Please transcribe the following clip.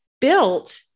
built